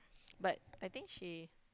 but I think she